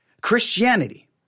Christianity